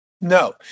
No